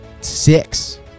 six